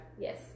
Yes